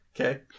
Okay